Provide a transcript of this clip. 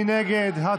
מי נגד?